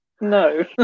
No